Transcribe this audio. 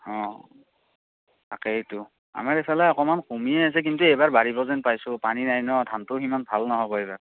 অ তাকেইতো আমাৰ এইফালে অকণমান কমিয়ে আছে কিন্তু এইবাৰ বাঢ়িব যেন পাইছোঁ পানী নাই ন' ধানটোও সিমান ভাল নহ'ব এইবাৰ